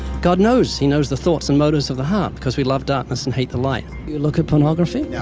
god knows. he knows the thoughts and motives of the heart, because we love darkness and hate the light. do you look at pornography? yeah